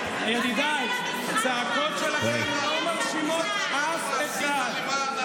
ידידיי, הצעקות שלכם לא מרשימות אף אחד.